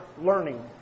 learning